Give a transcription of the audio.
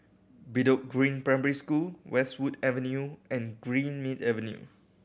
Bedok Green Primary School Westwood Avenue and Greenmead Avenue